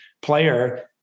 player